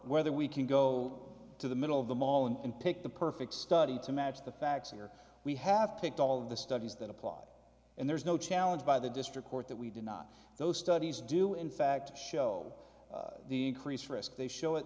whether we can go to the middle of the mall and pick the perfect study to match the facts here we have picked all of the studies that apply and there's no challenge by the district court that we did not those studies do in fact show the increased risk they show at